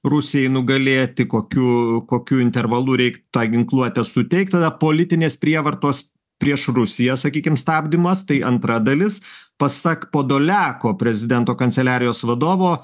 rusijai nugalėti kokiu kokiu intervalu reik tą ginkluotę suteikt tada politinės prievartos prieš rusiją sakykim stabdymas tai antra dalis pasak podoliako prezidento kanceliarijos vadovo